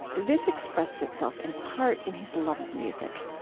this expressed itself in part in his love of music.